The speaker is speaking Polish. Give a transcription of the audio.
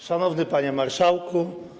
Szanowny Panie Marszałku!